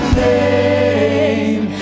name